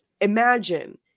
imagine